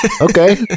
okay